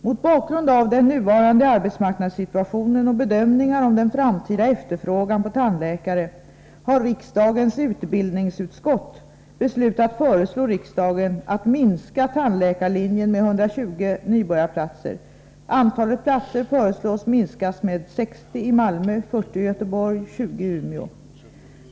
Mot bakgrund av den nuvarande arbetsmarknadssituationen och bedömningar av den framtida efterfrågan på tandläkare, har riksdagens utbildningsutskott beslutat föreslå riksdagen att minska tandläkarlinjen med 120 nybörjarplatser. Antalet platser föreslås minskas med 60 i Malmö, 40 i Göteborg och 20 i Umeå.